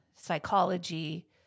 psychology